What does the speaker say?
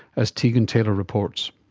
as tegan taylor reports.